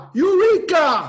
eureka